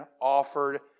offered